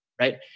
right